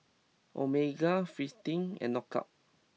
Omega Fristine and Knockout